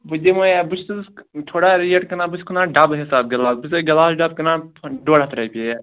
بہٕ دِمَے ہا بہٕ چھُس تھوڑا ریٹ کٕنان بہٕ چھُس کٕنان ڈَبہٕ حِساب گِلاس بہٕ چھُسَے گِلاس ڈبہٕ کٕنان ڈۄڈ ہتھ رۄپیہِ